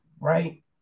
right